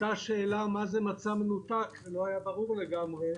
עלתה שאלה מה זה מצע מנותק, לא היה ברור לגמרי,